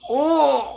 oh